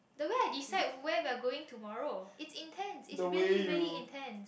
the way I decide where we're going tomorrow it's intend it's really really intend